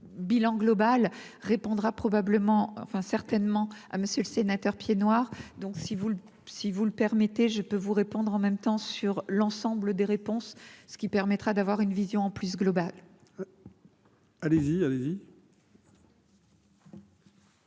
Bilan global répondra probablement enfin certainement ah monsieur le sénateur noirs, donc si vous si vous le permettez, je peux vous répondre en même temps sur l'ensemble des réponses, ce qui permettra d'avoir une vision plus globale. Allez-y à allez-y.